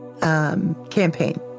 campaign